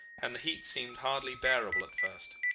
and the heat seemed hardly bearable at first.